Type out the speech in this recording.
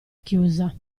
chiusa